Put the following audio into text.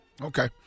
Okay